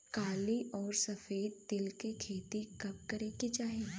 काली अउर सफेद तिल के खेती कब करे के चाही?